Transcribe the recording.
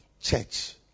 church